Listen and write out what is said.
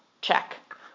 Check